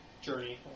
journey